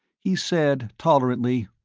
he said, tolerantly,